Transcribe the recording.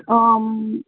ହଁ